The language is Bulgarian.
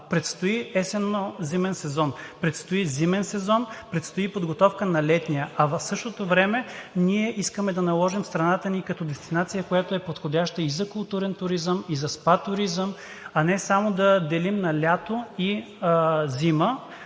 предстои есенно-зимен сезон. Предстои зимен сезон, предстои подготовка на летния, а в същото време ние искаме да наложим страната ни като дестинация, която е подходяща и за културен туризъм, и за СПА туризъм, а не само да делим на лято и зима,